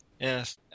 Yes